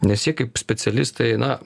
nes jie kaip specialistai na